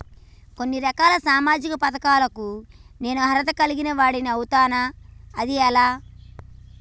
కొన్ని రకాల సామాజిక పథకాలకు నేను అర్హత కలిగిన వాడిని అవుతానా? అది ఎలా?